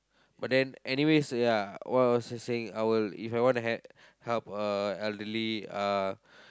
but then anyways ya what was I saying I will If I want to help a elderly uh